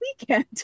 weekend